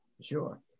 Sure